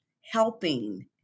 helping